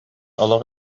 олох